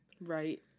Right